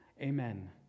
Amen